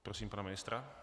Prosím pana ministra.